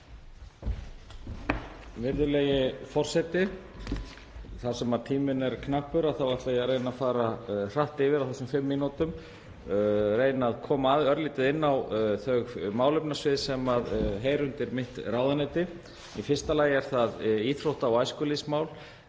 Virðulegi forseti. Þar sem tíminn er knappur ætla ég að reyna að fara hratt yfir á þessum tveimur mínútum, reyna að koma örlítið inn á þau málefnasvið sem heyra undir mitt ráðuneyti. Í fyrsta lagi eru það íþrótta- og æskulýðsmál,